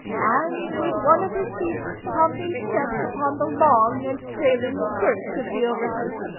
and, with one of his feet, pompey stepped upon the long and trailing skirt of the overcoat.